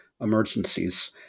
emergencies